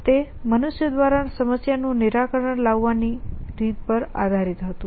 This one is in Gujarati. તે મનુષ્ય દ્વારા સમસ્યાનું નિરાકરણ લાવવાની રીત પર આધારિત હતું